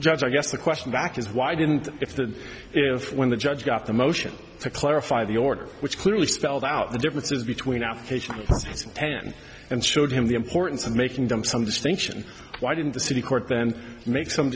judge i guess the question back is why didn't if the if when the judge got the motion to clarify the order which clearly spelled out the differences between application ten and showed him the importance of making them some distinction why didn't the city court then make some